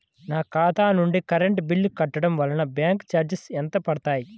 నా ఖాతా నుండి కరెంట్ బిల్ కట్టడం వలన బ్యాంకు చార్జెస్ ఎంత పడతాయా?